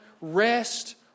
rest